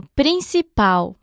principal